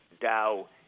Dow